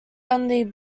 only